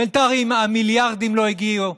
בינתיים המיליארדים לא הגיעו,